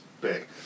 big